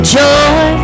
joy